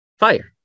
fire